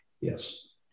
yes